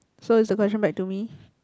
so is the question back to me